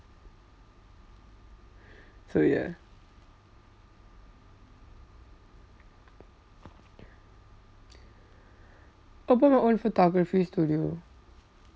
so ya open my own photography studio